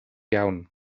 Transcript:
iawn